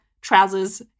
trousers